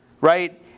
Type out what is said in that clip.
right